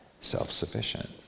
self-sufficient